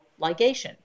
ligation